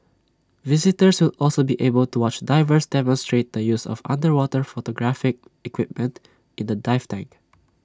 visitors will also be able to watch divers demonstrate the use of underwater photographic equipment in A dive tank